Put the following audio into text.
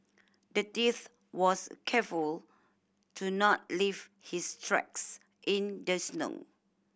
the thief was careful to not leave his tracks in the snow